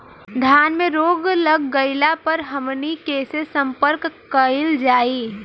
धान में रोग लग गईला पर हमनी के से संपर्क कईल जाई?